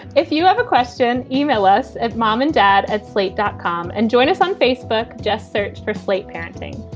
if you have a question. e-mail us at mom and dad at slate dot com and join us on facebook. just search for slate parenting.